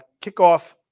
kickoff